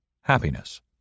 happiness